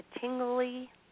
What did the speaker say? tingly